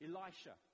Elisha